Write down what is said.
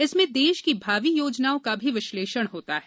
इसमें देश की भावी योजनाओं का भी विश्लेषण होता है